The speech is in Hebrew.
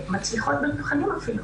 מצליחות במבחנים אפילו.